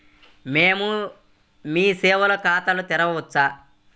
మేము మీ సేవలో ఖాతా తెరవవచ్చా?